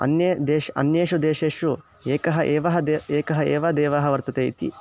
अन्ये देशः अन्येषु देशेषु एकः एवः दे एकः एव देवः वर्तते इति